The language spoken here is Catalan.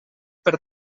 per